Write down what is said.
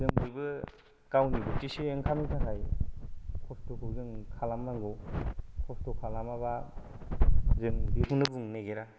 जों बयबो गावनि बोथिसे ओंखामनि थाखाय खस्थ'खौ जों खालामनांगौ खस्थ' खालामाबा जों उदैखौनो बुंनो नागिरा